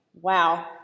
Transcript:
Wow